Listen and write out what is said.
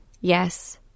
Yes